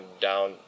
down